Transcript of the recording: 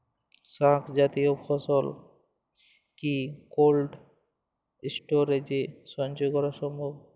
শাক জাতীয় ফসল কি কোল্ড স্টোরেজে সঞ্চয় করা সম্ভব?